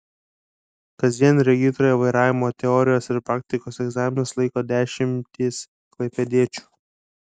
kasdien regitroje vairavimo teorijos ir praktikos egzaminus laiko dešimtys klaipėdiečių